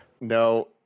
no